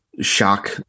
shock